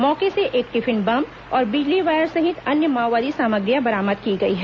मौके से एक टिफिन बम और बिजली वायर सहित माओवादी सामग्रियां बरामद की गई हैं